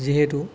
যিহেতু